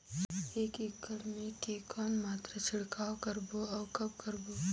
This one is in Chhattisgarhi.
एक एकड़ मे के कौन मात्रा छिड़काव करबो अउ कब करबो?